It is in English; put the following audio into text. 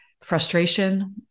frustration